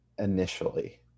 initially